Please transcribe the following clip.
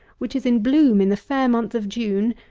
which is in bloom in the fair month of june,